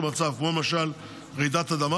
כמו רעידת אדמה,